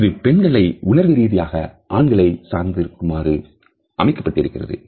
இது பெண்களை உணர்வு ரீதியாக ஆண்களை சார்ந்து இருக்குமாறு அமைக்கப்பட்டிருக்கிறது